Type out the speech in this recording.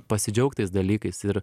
pasidžiaugt tais dalykais ir